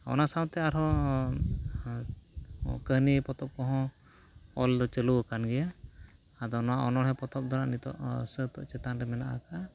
ᱚᱱᱟ ᱥᱟᱶᱛᱮ ᱟᱨᱦᱚᱸ ᱠᱟᱹᱦᱱᱤ ᱯᱚᱛᱚᱵ ᱠᱚᱦᱚᱸ ᱚᱞᱫᱚ ᱪᱟᱹᱞᱩ ᱟᱠᱟᱱ ᱜᱮᱭᱟ ᱟᱫᱚ ᱱᱚᱣᱟ ᱚᱱᱚᱬᱦᱮ ᱯᱚᱛᱚᱵ ᱫᱚ ᱦᱟᱜ ᱱᱤᱛᱚᱜ ᱥᱟᱹᱛ ᱪᱮᱛᱟᱱ ᱨᱮ ᱢᱮᱱᱟᱜ ᱠᱟᱜᱼᱟ